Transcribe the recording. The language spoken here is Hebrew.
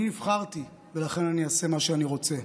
אני נבחרתי ולכן אני אעשה מה שאני רוצה.